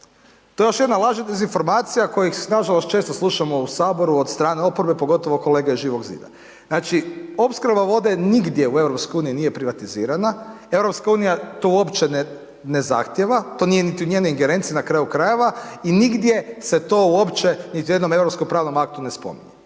to je još jedna laž i dezinformacija kojih nažalost često slušamo u saboru od strane oporbe pogotovo od kolega iz Živog zida. Znači opskrba vode nigdje u EU nije privatizirana, EU to uopće ne zahtjeva, to nije niti u njenoj ingerenciji na kraju krajeva i nigdje se to uopće niti u jednom europskom